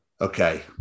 Okay